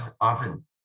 often